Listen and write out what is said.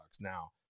Now